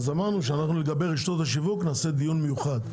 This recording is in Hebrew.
אז אמרנו שאנחנו לגבי רשתות השיווק נעשה דיון מיוחד.